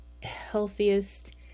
healthiest